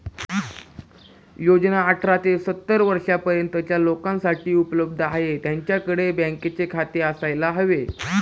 योजना अठरा ते सत्तर वर्षा पर्यंतच्या लोकांसाठी उपलब्ध आहे, त्यांच्याकडे बँकेचे खाते असायला हवे